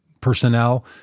personnel